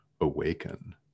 awaken